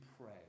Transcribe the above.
pray